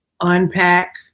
unpack